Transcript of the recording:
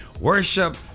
worship